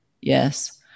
yes